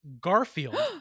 Garfield